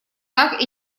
так